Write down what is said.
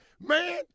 man